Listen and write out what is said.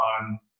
on